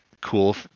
cool